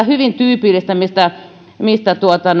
hyvin tyypillistä mistä